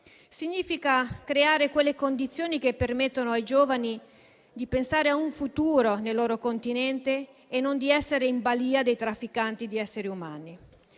Significa creare quelle condizioni che permettono ai giovani di pensare a un futuro nel loro continente e non di essere in balia dei trafficanti di esseri umani.